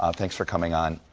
on. thanks for coming on.